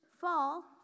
fall